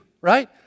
right